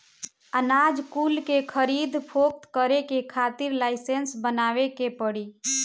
अनाज कुल के खरीद फोक्त करे के खातिर लाइसेंस बनवावे के पड़ी